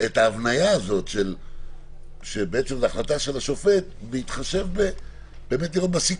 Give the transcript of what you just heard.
ההבניה הזאת, שזה החלטה של השופט בהתחשב בסיכוי.